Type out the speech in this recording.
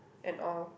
and all